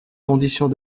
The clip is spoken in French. conditions